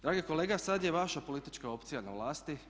Dragi kolega, sad je vaša politička opcija na vlasti.